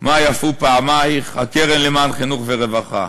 "מה יפו פעמייך", הקרן למען חינוך ורווחה,